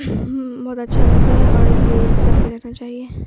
بہت اچھا لگتا ہے اور یہ کرتے رہنا چاہیے